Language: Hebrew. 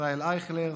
ישראל אייכלר,